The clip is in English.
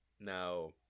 now